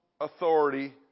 authority